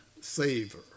savor